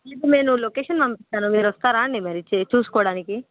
ఇప్పుడు నేను ఒక లొకేషన్ పంపిస్తాను మీరు వస్తారా అండి మరి చే చూసుకోవడానికి